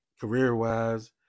career-wise